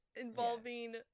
involving